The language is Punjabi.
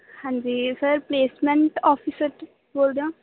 ਹਾਂਜੀ ਸਰ ਪਲੇਸਮੈਂਟ ਆਫੀਸ ਤੋਂ ਬੋਲਦੇ ਹੋ